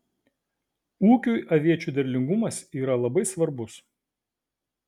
ūkiui aviečių derlingumas yra labai svarbus